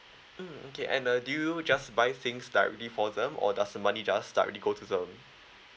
mm okay and uh do you just buy things directly for them or does the money just directly go to them